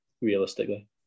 realistically